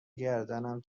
گردنم